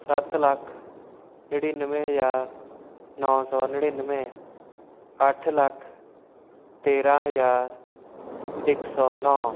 ਸੱਤ ਲੱਖ ਨੜਿਨਵੇਂ ਹਜ਼ਾਰ ਨੌ ਸੌ ਨੜਿਨਵੇਂ ਅੱਠ ਲੱਖ ਤੇਰ੍ਹਾਂ ਹਜ਼ਾਰ ਇੱਕ ਸੌ ਨੌ